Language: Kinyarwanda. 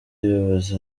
yubatse